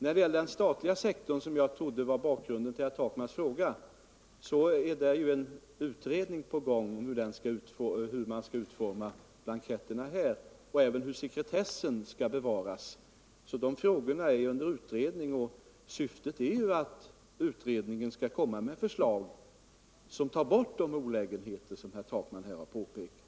När det gäller den statliga sektorn, som jag trodde var bakgrunden till herr Takmans fråga, pågår en utredning om hur blanketterna skall utformas och om hur sekretessen skall bevaras. De frågorna är alltså under utredning, och syftet är att utredningen skall lägga fram förslag som tar bort de olägenheter herr Takman här har påtalat.